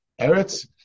Eretz